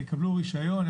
יקבלו רישיון,